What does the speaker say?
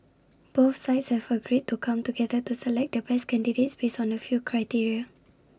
both sides have agreed to come together to select the best candidates based on A few criteria